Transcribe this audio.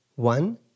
One